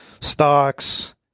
stocks